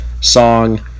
song